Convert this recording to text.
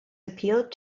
appealed